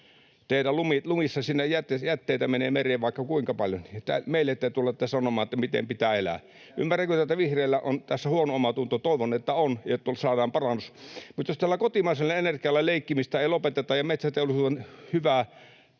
Teidän lumissanne jätteitä menee mereen vaikka kuinka paljon, ja meille te tulette sanomaan, miten pitää elää. Ymmärrän kyllä, että vihreillä on tässä huono omatunto. Toivon, että on ja että saadaan parannus. Mutta jos tällä kotimaisella energialla leikkimistä ei lopeteta ja metsäteollisuuden hyvää